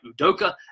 Udoka